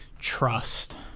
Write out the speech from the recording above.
trust